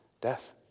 death